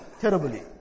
terribly